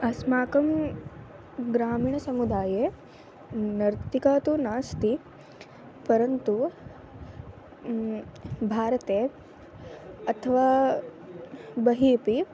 अस्माकं ग्रामीणसमुदाये नर्तिका तु नास्ति परन्तु भारते अथवा बहिः अपि